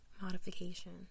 Modification